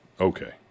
Okay